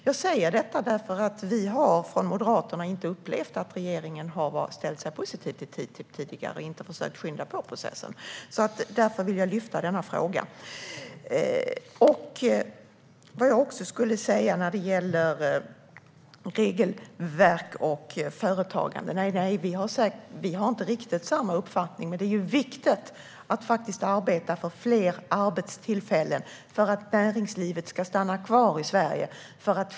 Jag säger detta därför att vi från Moderaterna inte har upplevt att regeringen har ställt sig positiv till TTIP tidigare och inte heller försökt skynda på processen. Därför vill jag lyfta denna fråga. När det gäller regelverk och företagande har vi inte riktigt samma uppfattning, men det är ju viktigt att faktiskt arbeta för fler arbetstillfällen så att näringslivet kan stanna kvar i Sverige.